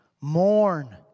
mourn